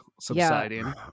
subsiding